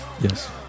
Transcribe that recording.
Yes